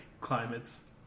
climates